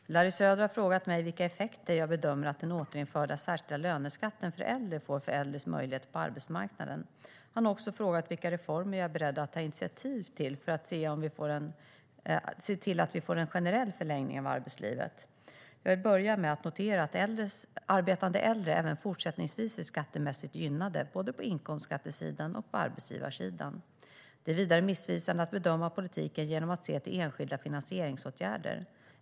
Herr talman! Larry Söder har frågat mig vilka effekter jag bedömer att den återinförda särskilda löneskatten för äldre får för äldres möjligheter på arbetsmarknaden. Han har också frågat vilka reformer jag är beredd att ta initiativ till för att se till att vi får en generell förlängning av arbetslivet. Jag vill börja med att notera att arbetande äldre även fortsättningsvis är skattemässigt gynnade, både på inkomstskattesidan och på arbetsgivarsidan. Det är vidare missvisande att bedöma politiken genom att se till enskilda finansieringsåtgärder.